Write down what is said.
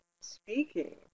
speaking